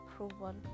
approval